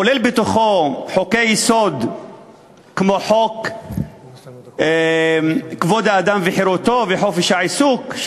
כולל בתוכו חוקי-יסוד כמו כבוד האדם וחירותו וחופש העיסוק,